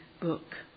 book